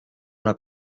una